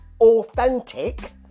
authentic